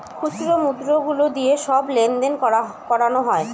খুচরো মুদ্রা গুলো দিয়ে সব লেনদেন করানো হয়